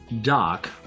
Doc